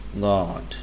god